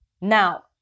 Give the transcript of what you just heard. Now